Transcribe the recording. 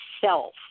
self